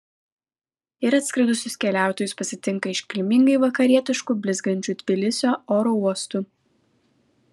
ir atskridusius keliautojus pasitinka iškilmingai vakarietišku blizgančiu tbilisio oro uostu